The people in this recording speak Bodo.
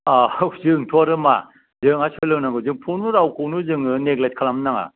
ओह जोंथ' आरो मा जोंहा सोलोंनांगौ जों खुनु रावखौनो जोङो नेगलेट खालामनो नाङा